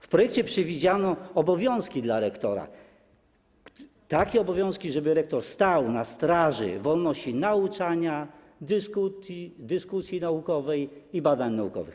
W projekcie przewidziano obowiązki dla rektora, takie obowiązki, żeby rektor stał na straży wolności nauczania, dyskusji naukowej i badań naukowych.